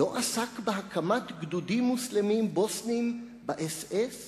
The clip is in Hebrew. לא עסק בהקמת גדודים מוסלמיים בוסניים באס-אס